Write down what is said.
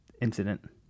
incident